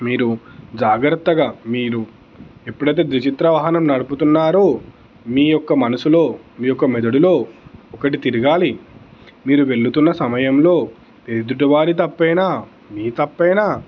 మీరు జాగ్రత్తగా మీరు ఎప్పుడైతే ద్విచక్ర వాహనం నడుపుతున్నారో మీ యొక్క మనసులో మీయొక్క మెదడులో ఒకటి తిరగాలి మీరు వెళుతున్న సమయంలో ఎదుటి వారి తప్పైనా మీ తప్పైనా